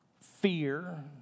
fear